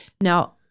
Now